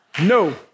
No